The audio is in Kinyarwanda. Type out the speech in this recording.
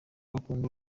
bakunda